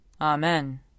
Amen